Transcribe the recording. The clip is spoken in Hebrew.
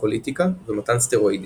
טוקוליטיקה ומתן סטרואידים.